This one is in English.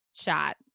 shot